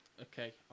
Okay